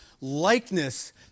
likeness